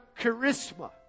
charisma